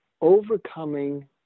Overcoming